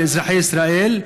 לאזרחי ישראל,